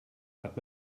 hat